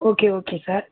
okay okay sir